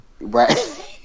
right